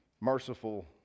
merciful